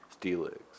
Steelix